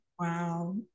Wow